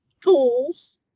tools